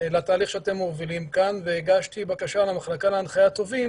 לתהליך שאתם מובילים כאן והגשתי בקשה למחלקה להנחיית תובעים